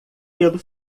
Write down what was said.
pelo